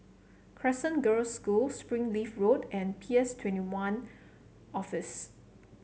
Crescent Girls' School Springleaf Road and P S Twenty One Office